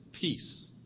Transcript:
peace